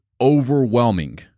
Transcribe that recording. overwhelming